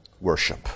worship